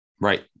Right